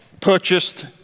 purchased